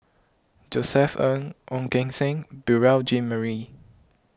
Josef Ng Ong Keng Sen Beurel Jean Marie